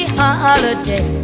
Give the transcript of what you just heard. holiday